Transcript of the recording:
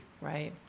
Right